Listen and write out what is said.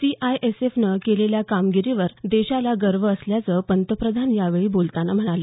C I S एफनं केलेल्या कामगिरीवर देशाला गर्व असल्याचं पंतप्रधान यावेळी बोलताना म्हणाले